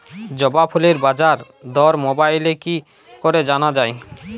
জবা ফুলের বাজার দর মোবাইলে কি করে জানা যায়?